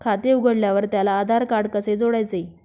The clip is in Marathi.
खाते उघडल्यावर त्याला आधारकार्ड कसे जोडायचे?